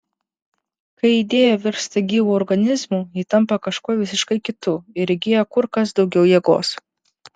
kai idėja virsta gyvu organizmu ji tampa kažkuo visiškai kitu ir įgyja kur kas daugiau jėgos